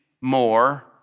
more